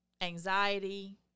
anxiety